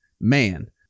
man